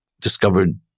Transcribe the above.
discovered